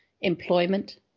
employment